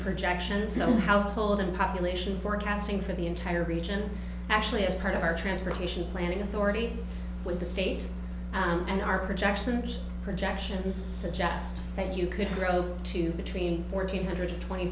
projections on household and population forecasting for the entire region actually as part of our transportation planning authority with the state and our projections projections suggest that you could grow to between fourteen hundred twenty